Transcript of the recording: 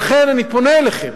לכן, אני פונה אליכם: